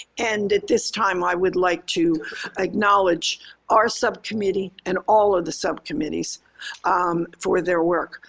and at this time, i would like to acknowledge our subcommittee and all of the subcommittees for their work,